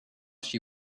she